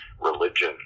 religion